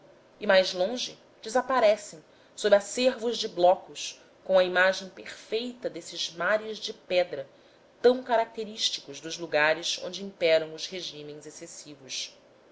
e mais longe desaparecem sob acervos de blocos com a imagem perfeita desses mares de pedra tão característicos dos lugares onde imperam os regimes excessivos